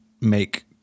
make